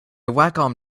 wacom